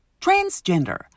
transgender